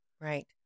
Right